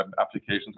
applications